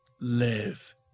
Live